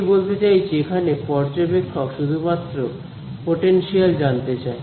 আমি বলতে চাইছি এখানে পর্যবেক্ষক শুধুমাত্র পোটেনশিয়াল জানতে চায়